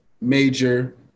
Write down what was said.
major